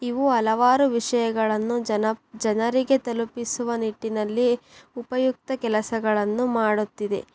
ಇವು ಹಲವಾರು ವಿಷಯಗಳನ್ನು ಜನ ಜನರಿಗೆ ತಲುಪಿಸುವ ನಿಟ್ಟಿನಲ್ಲಿ ಉಪಯುಕ್ತ ಕೆಲಸಗಳನ್ನು ಮಾಡುತ್ತಿದೆ